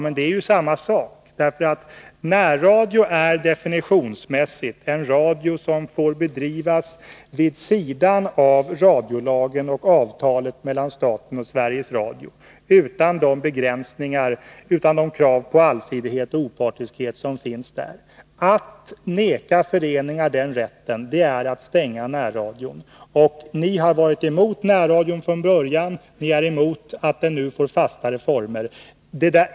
Men det är ju samma sak, därför att närradio är definitionsmässigt en radio som får bedrivas vid sidan av radiolagen och avtalet mellan staten och Sveriges Radio, utan de krav på allsidighet och opartiskhet som finns där. Att neka föreningar den rätten är att stänga närradion. Ni har varit emot närradion från början. Ni är emot att den nu får fastare former.